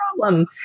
problem